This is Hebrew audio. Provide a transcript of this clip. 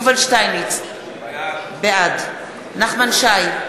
יובל שטייניץ, בעד נחמן שי,